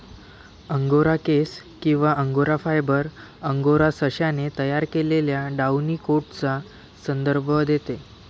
angora केस किंवा angora fibre, angora सशाने तयार केलेल्या डाउनी कोटचा संदर्भ देते